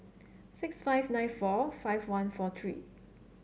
six five nine four five one four three